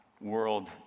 world